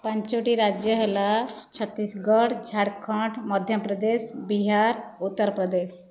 ପାଞ୍ଚୋଟି ରାଜ୍ୟ ହେଲା ଛତିଶଗଡ଼ ଝାଡ଼ଖଣ୍ଡ ମଧ୍ୟପ୍ରଦେଶ ବିହାର ଉତ୍ତରପ୍ରଦେଶ